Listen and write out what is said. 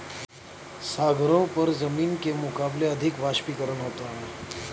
सागरों पर जमीन के मुकाबले अधिक वाष्पीकरण होता है